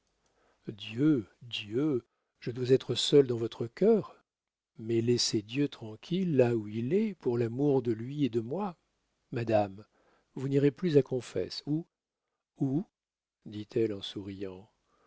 dieu dieu dieu je dois être seul dans votre cœur mais laissez dieu tranquille là où il est pour l'amour de lui et de moi madame vous n'irez plus à confesse ou ou dit-elle en souriant